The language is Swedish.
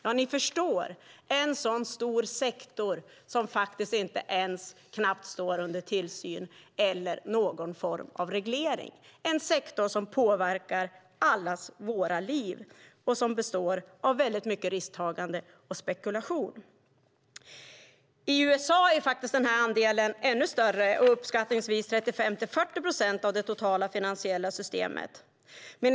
Ja, ni förstår vilken stor sektor som knappt står under någon tillsyn eller någon form av reglering, en sektor som påverkar allas våra liv och som består av väldigt mycket risktagande och spekulation. I USA är andelen ännu större, uppskattningsvis 35-40 procent av det totala finansiella systemet.